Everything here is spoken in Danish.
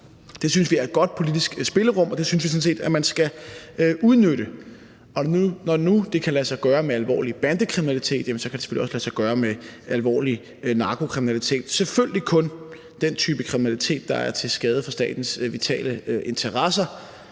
Det synes vi er et godt politisk spillerum, og det synes vi sådan set at man skal udnytte. Og når nu det kan lade sig gøre med alvorlig bandekriminalitet, jamen så kan det selvfølgelig også lade sig gøre med alvorlig narkokriminalitet – selvfølgelig kun den type kriminalitet, der er til skade for statens vitale interesser.